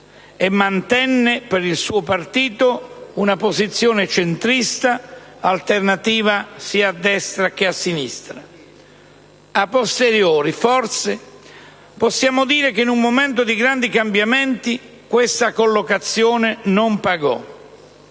e mantenne per il suo partito una posizione centrista, alternativa sia alla destra che alla sinistra. A posteriori, forse possiamo dire che, in un momento di grandi cambiamenti, questa collocazione non pagò.